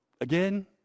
Again